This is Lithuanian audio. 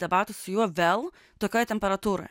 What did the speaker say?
debatų su juo vėl tokioj temperatūroj